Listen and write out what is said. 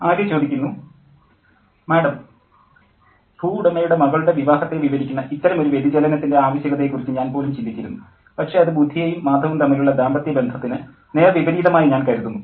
Arya madam ഭൂവുടമയുടെ മകളുടെ വിവാഹത്തെ വിവരിക്കുന്ന ഇത്തരമൊരു വ്യതിചലനത്തിൻ്റെ ആവശ്യകതയെക്കുറിച്ച് ഞാൻ പോലും ചിന്തിച്ചിരുന്നു പക്ഷേ അത് ബുധിയയും മാധവും തമ്മിലുള്ള ദാമ്പത്യ ബന്ധത്തിന് നേർ വിപരീതമായി ഞാൻ കരുതുന്നു